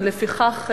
ולפיכך,